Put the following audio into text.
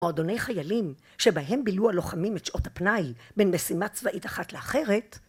מועדוני חיילים שבהם בילו הלוחמים את שעות הפנאי בין משימה צבאית אחת לאחרת